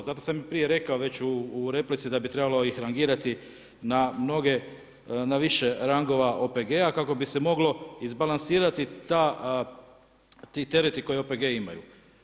Zato sam i prije rako već u replici da bi ih trebalo rangirati na mnoge, na više rangova OPG-a kako bi se moglo izbalansirati ti tereti koje OPG-i imaju.